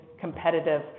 competitive